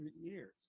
years